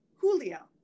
Julia